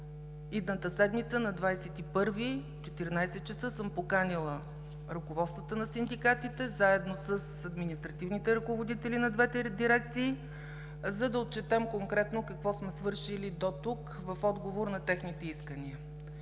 идната седмица на 21-ви от 14,00 ч. съм поканила ръководствата на синдикатите, заедно с административните ръководители на двете дирекции, за да отчетем конкретно какво сме свършили дотук в отговор на техните искания.